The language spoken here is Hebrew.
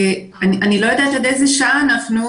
אני מנהלת תחום פגיעות מיניות בילדים